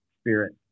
spirit